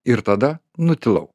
ir tada nutilau